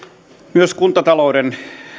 myös kuntatalouden